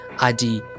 adi